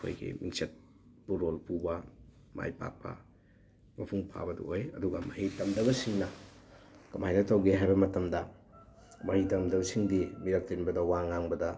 ꯑꯩꯈꯣꯏꯒꯤ ꯃꯤꯡꯆꯠ ꯎꯔꯣꯡ ꯄꯨꯕ ꯃꯥꯏ ꯄꯥꯛꯄ ꯃꯄꯨꯡ ꯐꯥꯕꯗꯨ ꯑꯣꯏ ꯑꯗꯨꯒ ꯃꯍꯩ ꯇꯝꯗꯕꯁꯤꯡꯅ ꯀꯃꯥꯏꯅ ꯇꯧꯒꯦ ꯍꯥꯏꯕ ꯃꯇꯝꯗ ꯃꯍꯩ ꯇꯝꯗꯕꯁꯤꯡꯗꯤ ꯃꯤꯔꯛ ꯇꯤꯟꯕꯗ ꯋꯥ ꯉꯥꯡꯕꯗ